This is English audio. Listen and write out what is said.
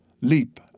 leap